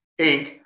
Inc